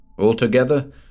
Altogether